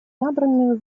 набранную